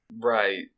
Right